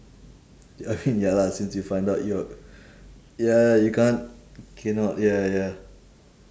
I think ya lah since you find out you're ya you can't cannot ya ya